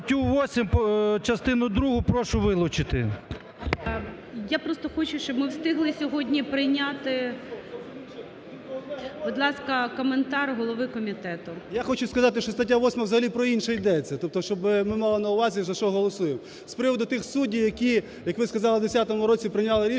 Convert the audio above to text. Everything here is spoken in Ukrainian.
Я хочу сказати, що стаття 8, взагалі про інше йдеться. Тобто щоб ми мали на увазі, за що голосуємо. З приводу тих суддів, які, як ви сказали, в 2010 році прийняли рішення.